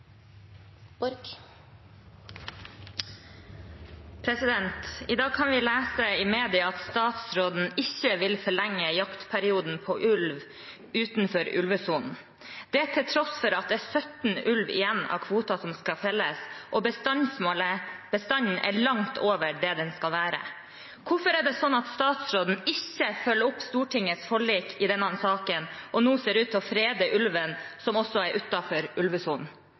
skje. I dag kan vi lese i media at statsråden ikke vil forlenge jaktperioden for ulv utenfor ulvesonen, det til tross for at det er 17 ulver igjen av kvoten som skal felles, og bestanden er langt over det den skal være. Hvorfor er det sånn at statsråden ikke følger opp Stortingets forlik i denne saken, og nå ser ut til å frede også ulv som er utenfor ulvesonen?